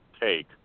take